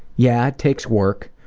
yeah, it takes work,